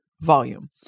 volume